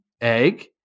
egg